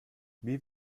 wie